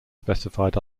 specified